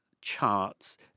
charts